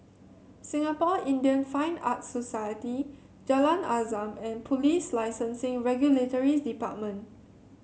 Singapore Indian Fine Arts Society Jalan Azam and Police Licensing and Regulatory Department